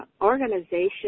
organization